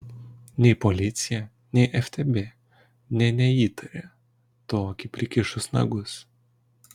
nei policija nei ftb nė neįtarė tokį prikišus nagus